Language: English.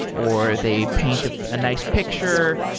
or they paint a ah nice picture.